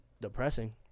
depressing